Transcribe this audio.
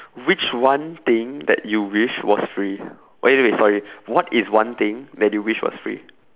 which one thing that you wish was free wait wait wait sorry what is one thing that you wish was free